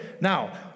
Now